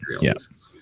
Yes